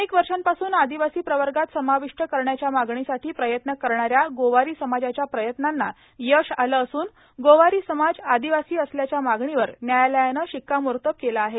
अनेक वषापासून आर्ादवासी प्रवगात सर्मावष्ट करण्याच्या मागणीसाठी प्रयत्न करणाऱ्या गोवारी समाजाच्या प्रयत्नाला यश आलं असून गोवारी समाज आर्ादवासी असल्याच्या मागणीवर न्यायालयानं र्शिक्कामोतब केलं आहे